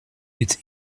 its